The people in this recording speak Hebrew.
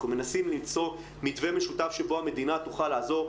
אנחנו מנסים למצוא מתווה משותף שבו המדינה תוכל לעזור.